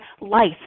life